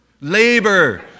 Labor